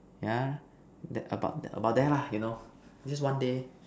yeah that about about there lah you know is just one day